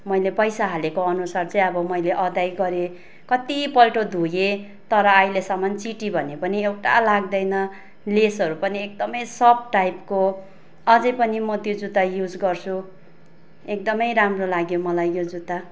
मैले पैसा हालेको अनुसार चाहिँ अब मैले अदा गरेँ कति पल्ट धोए तर अहिलेसम्म चिती भन्ने पनि एउटा लाग्दैन लेसहरू पनि एकदम सफ्ट टाइपको अझ पनि म त्यो जुत्ता युज गर्छु एकदम राम्रो लाग्यो मलाई यो जुत्ता